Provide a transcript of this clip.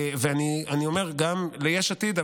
אני אומר גם ליש עתיד,